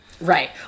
Right